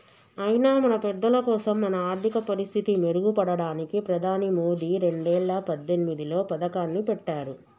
అయినా మన పెద్దలకోసం మన ఆర్థిక పరిస్థితి మెరుగుపడడానికి ప్రధాని మోదీ రెండేల పద్దెనిమిదిలో పథకాన్ని పెట్టారు